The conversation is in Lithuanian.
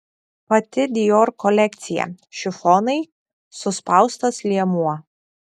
pati dior kolekcija šifonai suspaustas liemuo